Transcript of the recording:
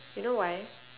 you know why